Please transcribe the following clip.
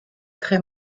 très